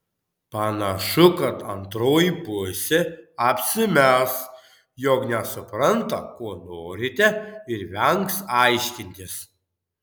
panašu kad antroji pusė apsimes jog nesupranta ko norite ir vengs aiškintis